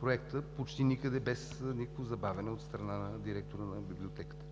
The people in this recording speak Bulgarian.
Проектът без никакво забавяне почти никъде от страна на директора на Библиотеката.